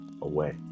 away